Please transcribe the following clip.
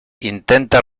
intenta